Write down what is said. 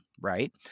Right